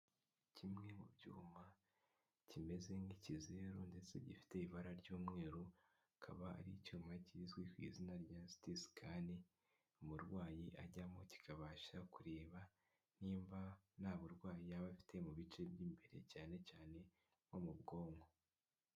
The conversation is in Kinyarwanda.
Kimwe mu byuma kimeze nk'ikizeru ndetse gifite ibara ry'umweru, kikaba ari icyuma kizwi ku izina rya siti sicani, umurwayi ajyamo kikabasha kureba nimba nta burwayi yaba afite mu bice by'imbere cyane cyane nko mu bwonko.